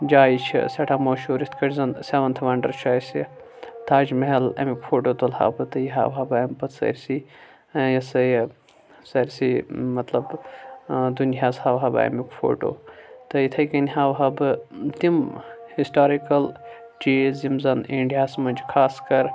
جایہِ چھِ سٮ۪ٹھاہ مشہوٗر یِتھ کٕھۍ زَن سٮ۪وَنتھٕ وَنڈَر چھ اَسہِ تاج محل اَمیُٚک فوٹوٗ تُلہٕ ہا بہٕ تہٕ یہِ ہاوٕہا بہٕ اَمہِ پَتہٕ سٲرسٕے یہِ ہسا یہِ سٲرسٕے مطلب دُنیَس ہاوہا بہٕ اَمیُٚک فوٹوٗ تہٕ یِتھٕے کٔنۍ ہاوہا بہٕ تِم ہِسٹارِکَل چیٖز یِم زَن اِنڈیاہَس منٛز چھِ خاص کَر